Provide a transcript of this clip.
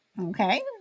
okay